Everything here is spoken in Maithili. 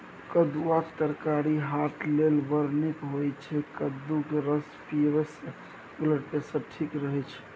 कद्दुआक तरकारी हार्ट लेल बड़ नीक होइ छै कद्दूक रस पीबयसँ ब्लडप्रेशर ठीक रहय छै